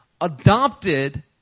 adopted